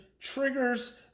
triggers